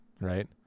right